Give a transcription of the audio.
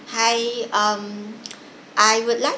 hi um I would like